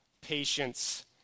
patience